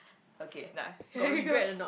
okay nah here you go